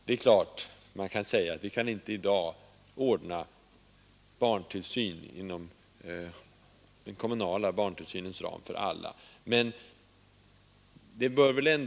Det är klart att man inte i dag inom den kommunala barntillsynens ram kan ordna barntillsyn för alla barn.